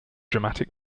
dramatic